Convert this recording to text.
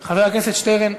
חבר הכנסת שטרן.